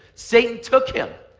satan took him.